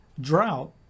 Drought